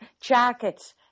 jackets